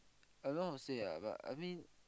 I don't know how to say ah but I mean